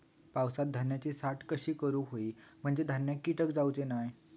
पावसात धान्यांची साठवण कशी करूक होई म्हंजे धान्यात कीटक जाउचे नाय?